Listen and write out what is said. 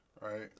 right